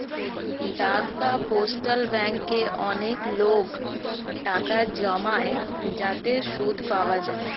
ডাক বা পোস্টাল ব্যাঙ্কে অনেক লোক টাকা জমায় যাতে সুদ পাওয়া যায়